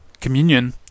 Communion